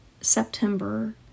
September